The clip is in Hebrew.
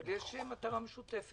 אבל יש מטרה משותפת.